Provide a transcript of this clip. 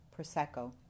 Prosecco